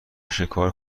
شکار